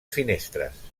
finestres